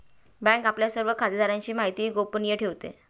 bank आपल्या सर्व खातेदारांची माहिती गोपनीय ठेवते